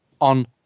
on